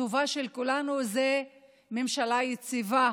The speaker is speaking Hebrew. הטובה של כולנו היא ממשלה יציבה,